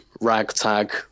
ragtag